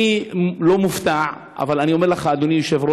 אני לא מופתע, אבל אני אומר לך, אדוני היושב-ראש,